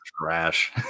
trash